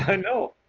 ah know.